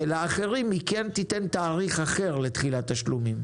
ולאחרים היא כן תיתן תאריך אחר לתחילת התשלומים?